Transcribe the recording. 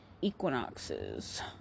equinoxes